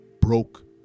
broke